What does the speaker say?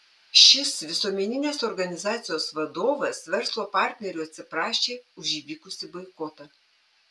šis visuomeninės organizacijos vadovas verslo partnerių atsiprašė už įvykusį boikotą